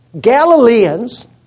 Galileans